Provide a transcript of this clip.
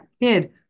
kid